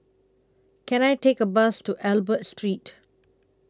Can I Take A Bus to Albert Street